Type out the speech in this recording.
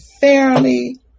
fairly